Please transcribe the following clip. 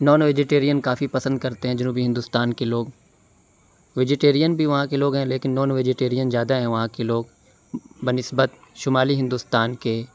naan vegetarian کافی پسند کرتے ہیں جنوبی ہندوستان کے لوگ ویجیٹرین بھی وہاں کے لوگ ہیں لیکن نان ویجیٹرین زیادہ ہیں وہاں کے لوگ بہ نسبت شمالی ہندوستان کے